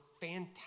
fantastic